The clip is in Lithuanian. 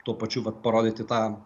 tuo pačiu vat parodyti tą